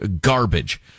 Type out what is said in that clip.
garbage